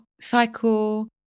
cycle